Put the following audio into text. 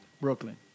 Brooklyn